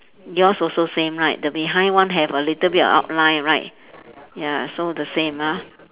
yours also same right the behind one have a little bit outline right ya so the same ah